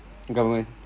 government